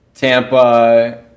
Tampa